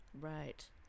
Right